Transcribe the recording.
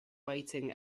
waiting